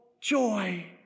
joy